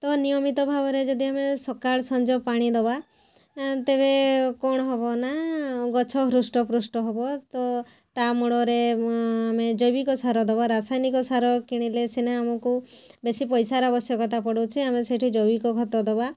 ତ ନିୟମିତ ଭାବରେ ଯଦି ଆମେ ସକାଳ ସଞ୍ଜ ପାଣି ଦବା ତେବେ କ'ଣ ହବନା ଗଛ ହୃଷ୍ଟପୃଷ୍ଟ ହେବ ତ ତା ମୂଳରେ ଆମେ ଜୈବକ ସାର ଦେବା ରାସାୟନିକ ସାର କିଣିଲେ ସିନା ଆମକୁ ବେଶୀ ପଇସାର ଆବଶ୍ୟକତା ପଡ଼ୁଛି ଆମେ ସେଇଠି ଜୈବିକ ଖତ ଦବା